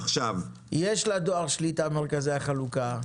יש לדואר שליטה על מרכזי החלוקה.